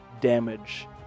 damage